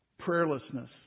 prayerlessness